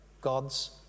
God's